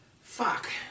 fuck